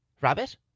Rabbit